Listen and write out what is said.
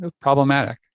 problematic